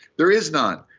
there is none!